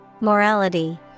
Morality